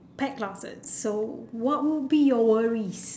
pet classes so what will be your worries